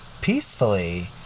peacefully